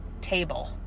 table